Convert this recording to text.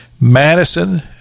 Madison